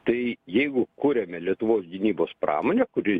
tai jeigu kuriame lietuvos gynybos pramonę kuri